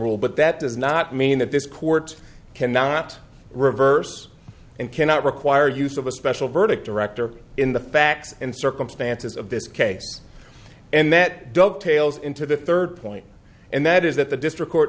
rule but that does not mean that this court cannot reverse and cannot require use of a special verdict director in the facts and circumstances of this case and that dovetails into the third point and that is that the district court